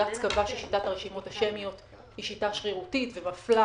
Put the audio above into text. בג"ץ קבע ששיטת הרשימות השמיות היא שיטה שרירותית ומפלה,